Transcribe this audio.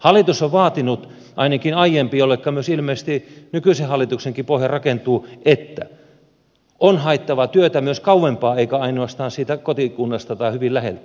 hallitus on vaatinut ainakin aiempi ja sille ilmeisesti nykyisenkin hallituksen pohja rakentuu että on haettava työtä myös kauempaa eikä ainoastaan siitä kotikunnasta tai hyvin läheltä